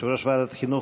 יושב-ראש ועדת החינוך,